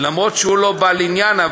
גם אם הוא לא בעל עניין,